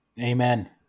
Amen